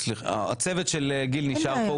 הצוות של גיל נשאר כאן.